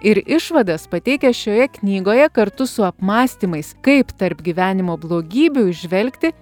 ir išvadas pateikia šioje knygoje kartu su apmąstymais kaip tarp gyvenimo blogybių įžvelgti